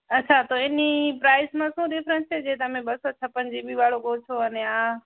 અચ્છા તો એની પ્રાઈસમાં શું ડિફરેન્સ છે જે તમે બસો છપ્પન જીબીવાળો કહો છો અને આ